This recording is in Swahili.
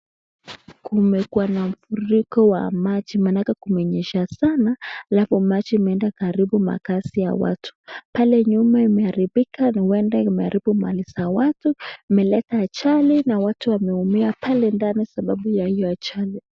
Kumekuwa na mfuriko wa maji maanake kumenyesha sana alafu maji imeenda karibu makazi ya watu. Pale nyuma imeharibika huenda imeharibu mali za watu, imeleta ajali na watu wameumia pale ndani kwa sababu ya hiyo ajali.